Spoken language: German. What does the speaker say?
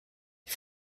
ich